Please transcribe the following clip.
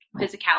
physicality